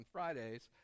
Fridays